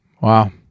Wow